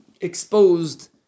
exposed